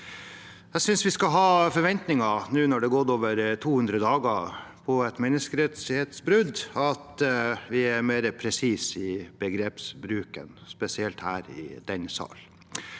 Jeg synes vi skal ha forventninger om, nå som det er gått over 200 dager med et menneskerettighetsbrudd, at man er mer presis i begrepsbruken, spesielt her i denne sal.